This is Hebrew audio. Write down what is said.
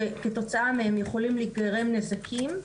שכתוצאה מהם יכולים להיגרם נזקים,